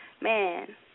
man